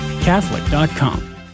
catholic.com